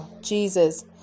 Jesus